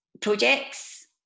projects